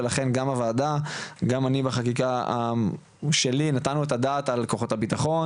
ולכן גם הוועדה וגם אני בחקיקה שלי נתנו את הדעת על כוחות הביטחון,